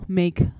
make